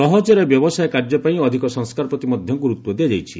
ସହଜରେ ବ୍ୟବସାୟ କାର୍ଯ୍ୟପାଇଁ ଅଧିକ ସଂସ୍କାର ପ୍ରତି ମଧ୍ଧ ଗୁରୁତ୍ୱ ଦିଆଯାଇଛି